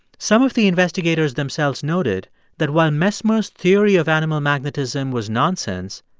some of the investigators themselves noted that while mesmer's theory of animal magnetism was nonsense,